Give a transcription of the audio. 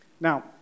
Now